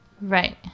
right